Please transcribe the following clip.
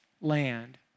land